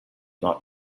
not